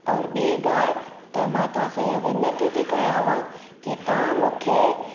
और ॿी ॻाल्हि त मां तव्हांसां इहा वेनिती थी कयांव की तव्हां मूंखे